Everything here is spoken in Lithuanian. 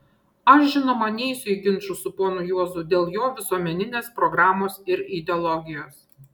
aš žinoma neisiu į ginčus su ponu juozu dėl jo visuomeninės programos ir ideologijos